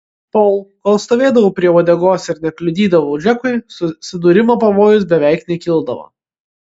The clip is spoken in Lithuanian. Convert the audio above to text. tol kol stovėdavau prie uodegos ir nekliudydavau džekui susidūrimo pavojus beveik nekildavo